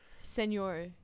senor